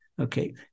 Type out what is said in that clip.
Okay